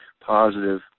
positive